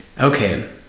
okay